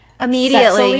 immediately